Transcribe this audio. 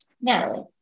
Natalie